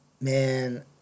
man